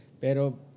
Pero